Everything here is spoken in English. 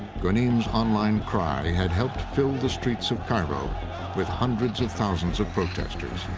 ghonim's online cry had helped fill the streets of cairo with hundreds of thousands of protesters.